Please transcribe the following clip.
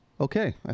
Okay